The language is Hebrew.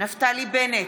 נפתלי בנט,